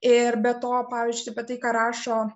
ir be to pavyzdžiui apie tai ką rašo